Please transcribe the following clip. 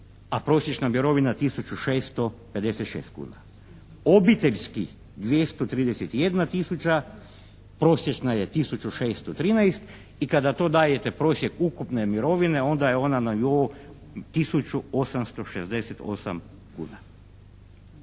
a prosječna mirovina 1.656,00 kuna. Obiteljskih 231 tisuća, prosječna je 1.613,00 i kada to dajete prosjek ukupne mirovine onda je ona 1.868,00 kuna.